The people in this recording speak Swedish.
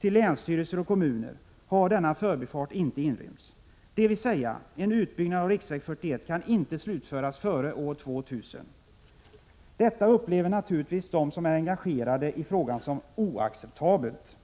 till länsstyrelser och kommuner har denna förbifart inte inrymts, dvs. att en utbyggnad av riksväg 41 inte kan slutföras före år 2000. Detta upplever naturligtvis de som är engagerade i frågan som oacceptabelt.